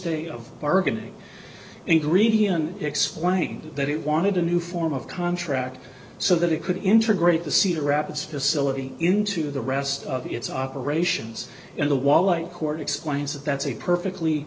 day of bargaining ingredion explaining that it wanted a new form of contract so that it could intergroup the cedar rapids facility into the rest of its operations and the wall a court explains that that's a perfectly